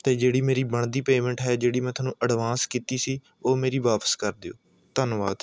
ਅਤੇ ਜਿਹੜੀ ਮੇਰੀ ਬਣਦੀ ਪੇਅਮੈਂਟ ਹੈ ਜਿਹੜੀ ਮੈਂ ਤੁਹਾਨੂੰ ਅਡਵਾਂਸ਼ ਕੀਤੀ ਸੀ ਉਹ ਮੇਰੀ ਵਾਪਸ ਕਰ ਦਿਉ ਧੰਨਵਾਦ